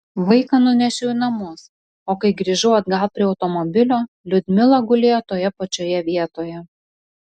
vaiką nunešiau į namus o kai grįžau atgal prie automobilio liudmila gulėjo toje pačioje vietoje